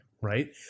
right